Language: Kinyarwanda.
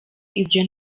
ibyo